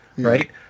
Right